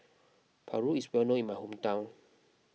Paru is well known in my hometown